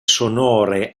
sonore